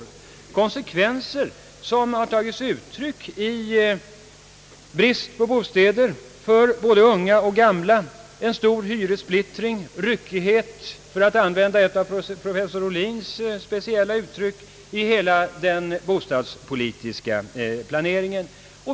De konsekvenserna har tagit sig uttryck i brist på bostäder för både unga och gamla, en stor hyressplittring, och ryckighet — för att använda ett av professor Ohlins speciella uttryck — i hela den bostadspolitiska planeringen.